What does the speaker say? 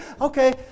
okay